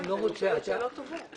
אני שואלת שאלות טובות.